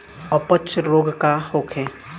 अपच रोग का होखे?